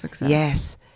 Yes